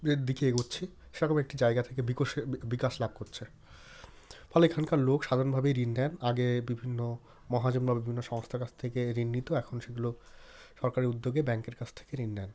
এর দিকে এগোচ্ছে সেরকম একটি জায়গা থেকে বিকাশ লাভ করছে ফলে এখানকার লোক সাধারণভাবেই ঋণ নেন আগে বিভিন্ন মহাজন বা বিভিন্ন সংস্থার কাছ থেকে ঋণ নিত এখন সেগুলো সরকারি উদ্যোগে ব্যাংকের কাছ থেকে ঋণ নেন